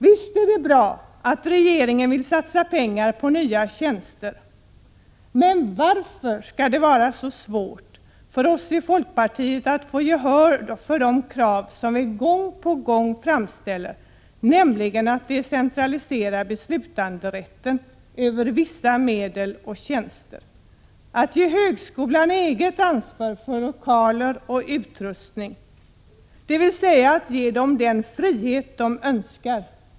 Visst är det bra att regeringen vill satsa pengar på nya tjänster, men varför skall det vara så svårt för oss i folkpartiet att få gehör för de krav som vi gång på gång framställer, nämligen att beslutanderätten över vissa medel och tjänster skall decentraliseras? Ge högskolorna eget ansvar för lokaler och utrustning, dvs. ge dem den frihet de önskar!